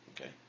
okay